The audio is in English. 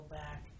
back